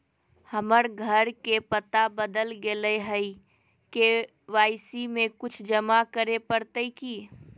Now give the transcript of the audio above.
हमर घर के पता बदल गेलई हई, के.वाई.सी में कुछ जमा करे पड़तई की?